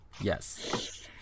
Yes